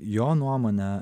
jo nuomone